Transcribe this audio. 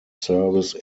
service